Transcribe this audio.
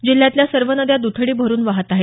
जिल्ह्यातल्या सर्व नद्या द्थडी भरुन वाहत आहेत